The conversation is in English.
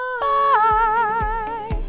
bye